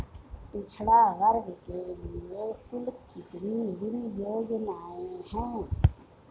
पिछड़ा वर्ग के लिए कुल कितनी ऋण योजनाएं हैं?